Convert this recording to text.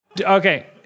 Okay